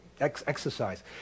exercise